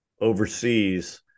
overseas